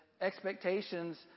expectations